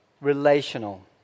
relational